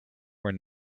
were